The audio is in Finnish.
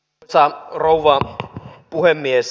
arvoisa rouva puhemies